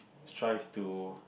strive to